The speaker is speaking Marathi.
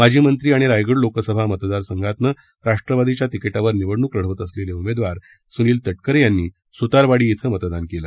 माजी मंत्री आणि रायगड लोकसभा मतदारसंघातनं राष्ट्रवादीच्या तिकीटावर निवडणूक लढवत असलेले उमेदवार सुनील तटकरे यांनी सुतारवाडी क्रिं मतदान केलं